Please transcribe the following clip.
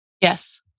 Yes